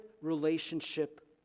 relationship